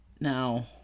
now